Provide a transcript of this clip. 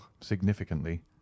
significantly